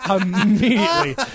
immediately